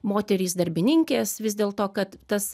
moterys darbininkės vis dėlto kad tas